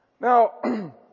Now